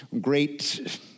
great